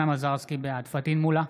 בעד פטין מולא,